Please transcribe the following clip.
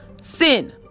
sin